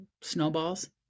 snowballs